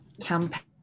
campaign